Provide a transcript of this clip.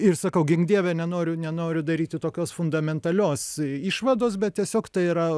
ir sakau gink dieve nenoriu nenoriu daryti tokios fundamentalios išvados bet tiesiog tai yra